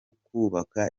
kubaka